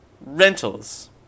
rentals